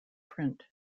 print